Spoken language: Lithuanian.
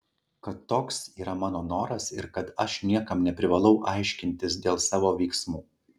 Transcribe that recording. kad toks yra mano noras ir kad aš niekam neprivalau aiškintis dėl savo veiksmų